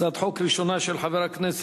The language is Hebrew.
הצעת החוק הראשונה היא של חבר הכנסת